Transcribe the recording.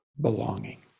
belonging